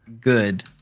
good